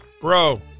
Bro